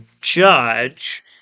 judge